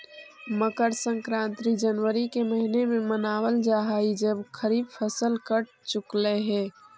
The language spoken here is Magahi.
मकर संक्रांति जनवरी के महीने में मनावल जा हई जब खरीफ फसल कट चुकलई हे